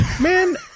man